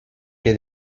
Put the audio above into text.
que